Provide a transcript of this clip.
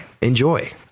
enjoy